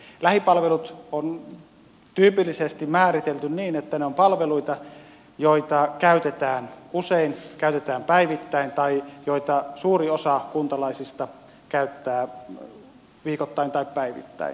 lähipalvelut on tyypillisesti määritelty niin että ne ovat palveluita joita käytetään usein käytetään päivittäin tai joita suuri osa kuntalaisista käyttää viikoittain tai päivittäin